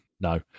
No